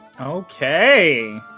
Okay